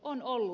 on ollut